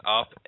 up